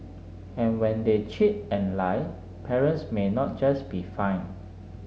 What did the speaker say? and when they cheat and lie parents may not just be fined